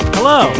Hello